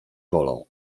bolą